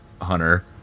hunter